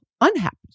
unhappy